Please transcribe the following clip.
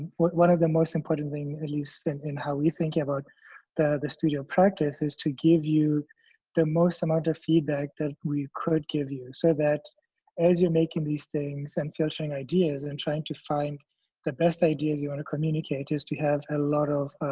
one of the most important thing, at least, and in how we think about the the studio practice is to give you the most amount of feedback that we could give you so that as you're making these things and filtering ideas and trying to find the best ideas you wanna communicate is to have a lot of